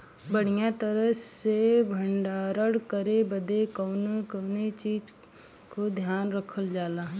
बढ़ियां तरह से भण्डारण करे बदे कवने कवने चीज़ को ध्यान रखल जा?